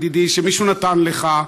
ידידי, שמישהו נתן לך,